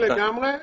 אני לגמרי מסכים.